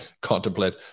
contemplate